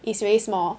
it's very small